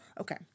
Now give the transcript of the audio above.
Okay